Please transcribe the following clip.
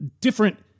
different